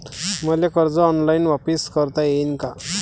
मले कर्ज ऑनलाईन वापिस करता येईन का?